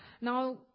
Now